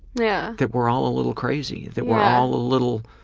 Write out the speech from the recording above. yeah that we're all a little crazy. that we're all a little